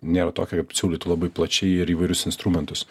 nėra tokia kad siūlytų labai plačiai ir įvairius instrumentus